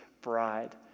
bride